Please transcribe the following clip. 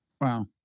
Wow